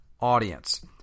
audience